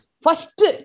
first